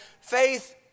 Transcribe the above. faith